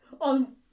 on